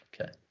okay